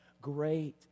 Great